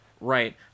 Right